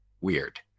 weird